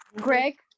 greg